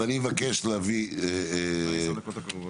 מבקש להביא ---- בעשר דקות הקרובות.